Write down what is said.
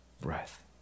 breath